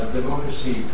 democracy